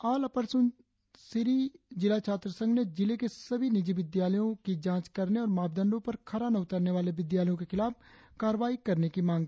all upper Subansiri जिला छात्र संघ ने जिलें के सभी निजी विद्यालयो की जांच करने और मापदंडो पर खरा न उतरने वाले विद्यालयो के खिलाफ कार्रवाई करने की मांग की है